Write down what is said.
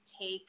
take